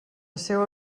seua